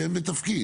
שם ותפקיד.